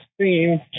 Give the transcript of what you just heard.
theme